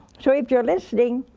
so if you're listening.